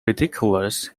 ridiculous